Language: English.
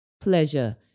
pleasure